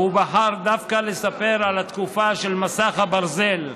והוא בחר דווקא לספר על התקופה של מסך הברזל,